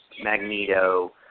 Magneto